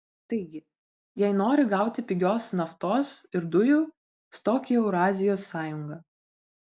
taigi jei nori gauti pigios naftos ir dujų stok į eurazijos sąjungą